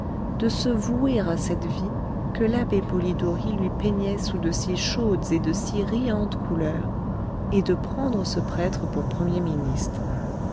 de se vouer à cette vie que l'abbé polidori lui peignait sous de si chaudes et de si riantes couleurs et de prendre ce prêtre pour premier ministre